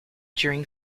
during